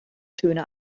töne